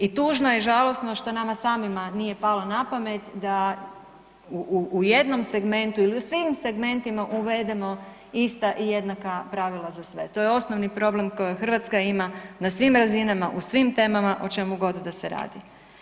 I tužno je i žalosno što nama samima nije palo na pamet da u jednom segmentu ili u svim segmentima uvedemo ista i jednaka pravila za sve, to je osnovni problem koji Hrvatska ima na svim razinama u svim temama o čemu god da se radi.